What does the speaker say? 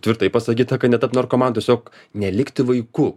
tvirtai pasakyta kad netapt narkomanu tiesiog nelikti vaikų